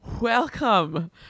Welcome